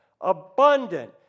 abundant